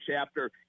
chapter